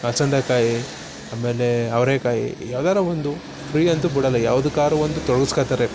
ಹಲ್ಸಂದೆ ಕಾಯಿ ಆಮೇಲೆ ಅವರೆ ಕಾಯಿ ಯಾವುದರ ಒಂದು ಫ್ರೀ ಅಂತೂ ಬಿಡೋಲ್ಲ ಯಾವ್ದಕ್ಕಾದ್ರು ಒಂದು ತೊಡ್ಗಿಸ್ಕೋತಾರೆ